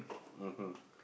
mmhmm